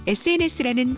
sns라는